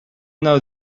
know